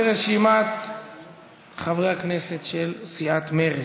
אנחנו עוברים כעת לרשימת חברי הכנסת של סיעת מרצ.